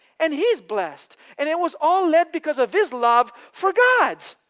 and he's blessed. and it was all led because of his love for god.